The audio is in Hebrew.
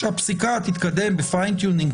שהפסיקה תתקדם ב-fine tuning,